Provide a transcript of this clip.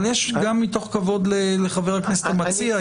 אבל גם מתוך כבוד לחבר הכנסת המציע,